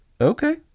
Okay